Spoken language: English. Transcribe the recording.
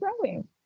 growing